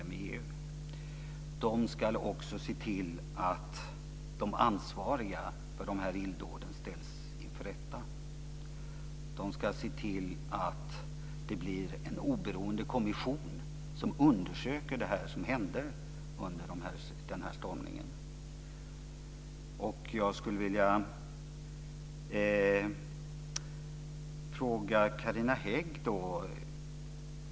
Man ska också se till att de ansvariga för illdåden ställs inför rätta. Man ska se till att det tillsätts en oberoende kommission som undersöker vad som hände under stormningen. Jag vill ställa en fråga till Carina Hägg.